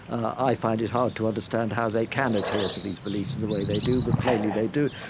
i find it hard to understand how they can adhere to these beliefs in the way they do, but plainly they do.